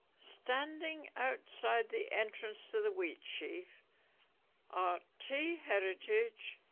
standing outside the entrance to the wheatsheaf are t heritage,